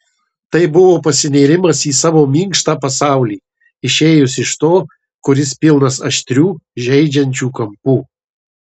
tai buvo pasinėrimas į savo minkštą pasaulį išėjus iš to kuris pilnas aštrių žeidžiančių kampų